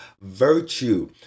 virtue